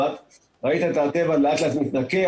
ראית את הטבע לאט-לאט מתנקה,